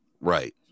Right